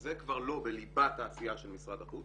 שזה כבר לא בליבת העשייה של משרד החוץ,